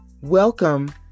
Welcome